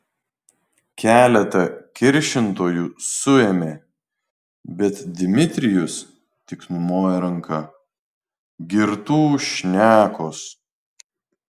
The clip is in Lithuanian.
keletą kiršintojų suėmė bet dmitrijus tik numojo ranka girtų šnekos